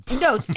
No